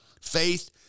Faith